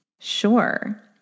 Sure